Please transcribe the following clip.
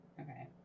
Okay